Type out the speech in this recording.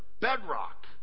bedrock